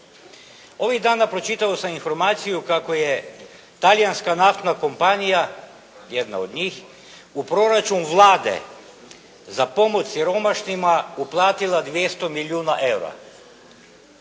Ovih dana pročitao sam informaciju kako je talijanska naftna kompanija jedna od njih, u proračun Vlade za pomoć siromašnima uplatila 200 milijuna eura.